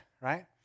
right